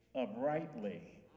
uprightly